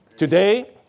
Today